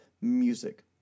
music